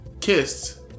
kissed